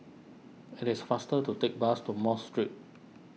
it is faster to take bus to Mosque Street